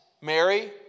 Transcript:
Mary